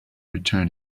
return